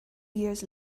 years